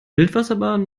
wildwasserbahn